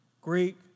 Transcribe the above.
Greek